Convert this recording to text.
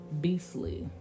beastly